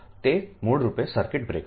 તે મૂળરૂપે circuit breakers છે